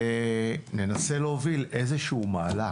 וננסה להוביל איזשהו מהלך.